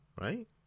right